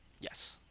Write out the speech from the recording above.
Yes